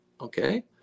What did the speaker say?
okay